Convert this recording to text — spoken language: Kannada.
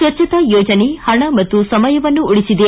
ಸ್ವಚ್ಛತಾ ಯೋಜನೆ ಪಣ ಮತ್ತು ಸಮಯವನ್ನು ಉಳಿಸಿದೆ